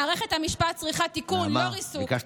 מערכת המשפט צריכה תיקון, לא ריסוק.